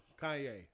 Kanye